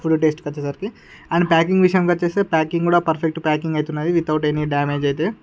food taste కి వచ్చేసరికి and packing విషయానికి వచ్చేసరికి ప్యాకింగ్ కూడా పర్ఫెక్ట్ ప్యాకింగ్ ఐతే ఉన్నది వితౌట్ ఎనీ డామేజ్ అయితే